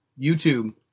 youtube